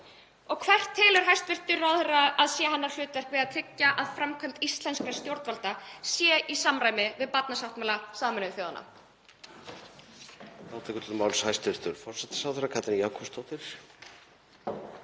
Hvert telur hæstv. ráðherra að sé hennar hlutverk við að tryggja að framkvæmd íslenskra stjórnvalda sé í samræmi við barnasáttmála Sameinuðu þjóðanna?